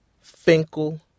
Finkel